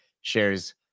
shares